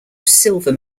silver